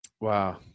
Wow